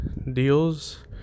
Deals